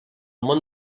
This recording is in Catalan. món